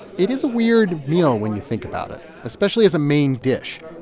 it is a weird meal when you think about it, especially as a main dish.